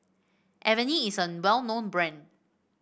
Avene is a well known brand